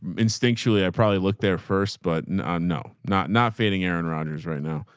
instinctually. i probably look there first, but and ah no, not, not fading. aaron rogers right now,